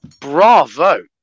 bravo